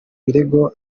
birego